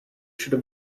should